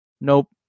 Nope